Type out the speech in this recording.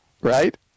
right